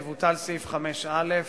יבוטל סעיף 5(א),